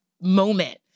moment